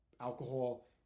Alcohol